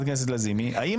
אנשים.